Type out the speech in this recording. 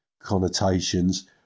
connotations